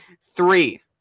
Three